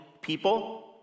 people